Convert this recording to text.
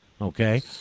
okay